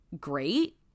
Great